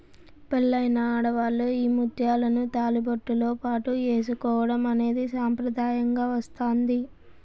పెళ్ళైన ఆడవాళ్ళు ఈ ముత్యాలను తాళిబొట్టుతో పాటు ఏసుకోవడం అనేది సాంప్రదాయంగా వస్తాంది